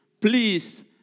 please